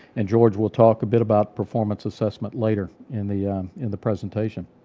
and george will talk a bit about performance assessment later in the in the presentation.